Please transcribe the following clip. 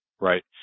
right